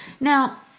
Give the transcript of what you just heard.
Now